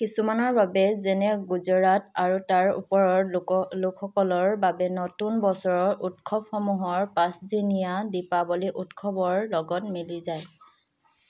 কিছুমানৰ বাবে যেনে গুজৰাট আৰু তাৰ ওপৰৰ লোক লোকসকলৰ বাবে নতুন বছৰৰ উৎসৱসমূহৰ পাঁচদিনীয়া দীপাৱলী উৎসৱৰ লগত মিলি যায়